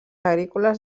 agrícoles